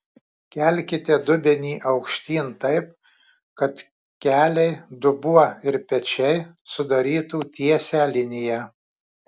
kelkite dubenį aukštyn taip kad keliai dubuo ir pečiai sudarytų tiesią liniją